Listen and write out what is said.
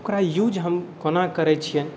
ओकरा यूज हम कोना करै छियै